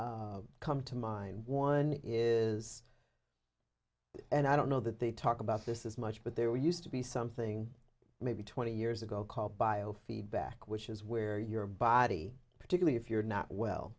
that come to mind one is and i don't know that they talk about this as much but there used to be something maybe twenty years ago called biofeedback which is where your body particularly if you're not well